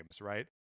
right